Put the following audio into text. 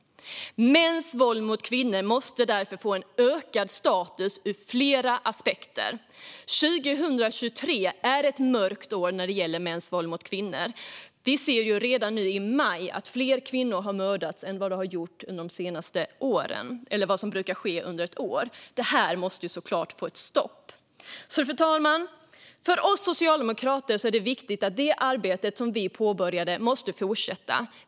Arbetet mot mäns våld mot kvinnor måste därför få högre status ur flera aspekter. År 2023 är ett mörkt år när det gäller mäns våld mot kvinnor. Vi ser redan nu i maj att fler kvinnor har mördats än vi brukar se under ett år. Detta måste såklart få ett stopp. Fru talman! För oss socialdemokrater är det viktigt att det arbete som vi påbörjade fortsätter.